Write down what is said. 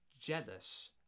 jealous